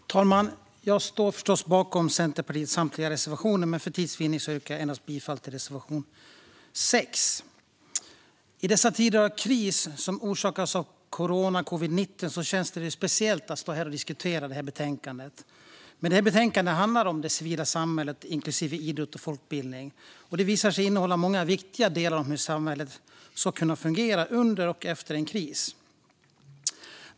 Fru talman! Jag står förstås bakom Centerpartiets samtliga reservationer, men för tids vinnande yrkar jag bifall endast till reservation 6. I dessa tider av kris orsakad av corona och covid-19 känns det speciellt att stå här och diskutera detta betänkande. Men betänkandet, som handlar om det civila samhället inklusive idrott och folkbildning, visar sig innehålla många viktiga delar om hur samhället ska kunna fungera under och efter en kris.